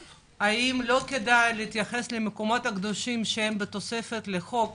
כדאי להתייחס למקומות הקדושים שהם בתוספת לחוק